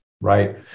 Right